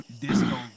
disco